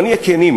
בוא נהיה כנים,